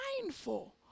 mindful